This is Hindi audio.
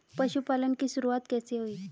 पशुपालन की शुरुआत कैसे हुई?